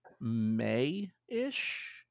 May-ish